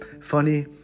funny